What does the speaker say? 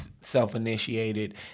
self-initiated